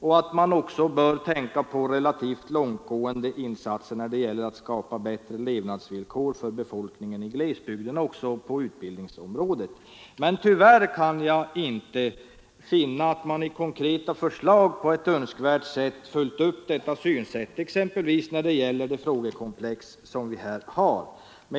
Man bör enligt utredningen tänka sig relativt långtgående insatser när det gäller att skapa bättre levnadsvillkor för befolkningen i glesbygderna också på utbildningsområdet. Tyvärr kan jag inte finna att detta synsätt på ett önskvärt sätt följts upp i konkreta förslag, exempelvis när det gäller det frågekomplex som vi här har.